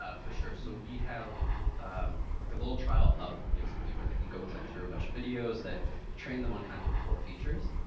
ah for sure. v so we have like a little trial hub basically, where they can go click through a bunch of videos that train them on kind of the core features.